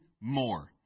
more